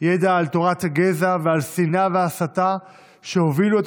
ידע על תורת הגזע ועל שנאה והסתה שהובילו את